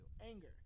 Anger